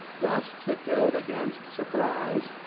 thus secured against surprise,